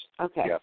Okay